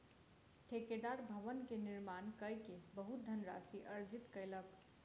ठेकेदार भवन के निर्माण कय के बहुत धनराशि अर्जित कयलक